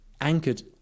anchored